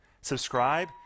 subscribe